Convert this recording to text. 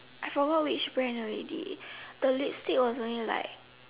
I forgot which brand already the lipstick was only like